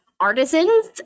artisans